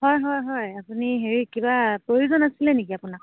হয় হয় হয় আপুনি হেৰি কিবা প্ৰয়োজন আছিলে নেকি আপোনাক